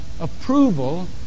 approval